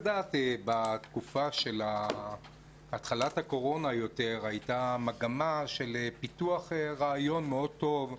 בתקופה של התחלת הקורונה יותר היתה מגמה של פיתוח רעיון מאוד טוב,